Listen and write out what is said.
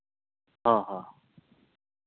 ᱦᱮᱸ ᱦᱮᱸ